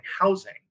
housing